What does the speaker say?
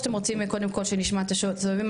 או שאתם רוצים קודם כל שנשמע את הסובבים?